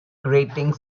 grating